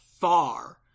far